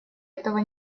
этого